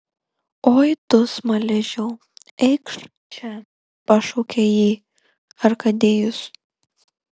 oi tu smaližiau eikš čia pašaukė jį arkadijus